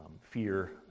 fear